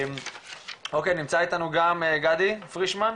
נמצא איתנו גם גדי פרישמן,